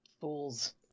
Fools